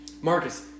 Marcus